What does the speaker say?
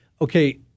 Okay